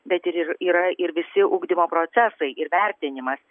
bet ir yr yra ir visi ugdymo procesai ir vertinimas